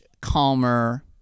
calmer